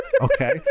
okay